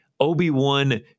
Obi-Wan